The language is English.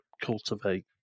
cultivate